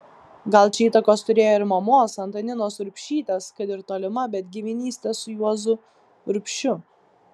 gal čia įtakos turėjo ir mamos antaninos urbšytės kad ir tolima bet giminystė su juozu urbšiu